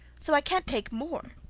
so i can't take more